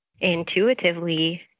intuitively